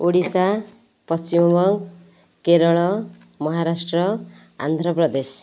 Odisha Paschimbanga Kerala Maharashtra Andhra Pradesh